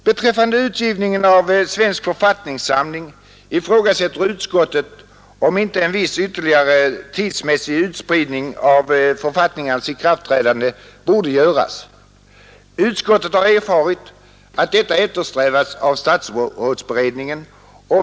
Beträffande utgivningen av Svensk författningssamling ifrågasätter utskottet om inte en viss ytterligare tidsmässig utspridning av författningarnas ikraftträdande borde göras. Utskottet har erfarit att detta eftersträvas av statsrådsberedningen.